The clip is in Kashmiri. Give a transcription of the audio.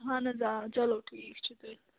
اَہَن حظ آ چلو ٹھیٖک چھُ تیٚلہِ